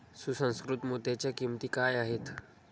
सुसंस्कृत मोत्यांच्या किंमती काय आहेत